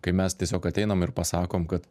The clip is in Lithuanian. kai mes tiesiog ateinam ir pasakom kad